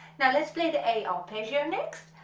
now let's play the a arpeggio next,